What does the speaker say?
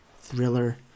Thriller